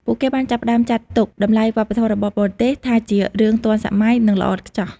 ពួកគេបានចាប់ផ្តើមចាត់ទុកតម្លៃវប្បធម៌របស់បរទេសថាជារឿងទាន់សម័យនិងល្អឥតខ្ចោះ។